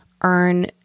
earn